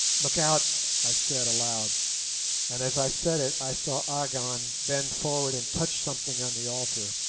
look out i said, aloud and as i said it, i saw agon bend forward and touch something on the altar.